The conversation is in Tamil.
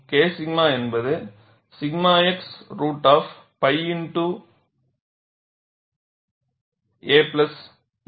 K 𝛔 என்பது 𝛔 x root of pi x a plus 𝛅